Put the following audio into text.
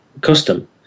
custom